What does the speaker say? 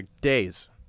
Days